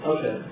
Okay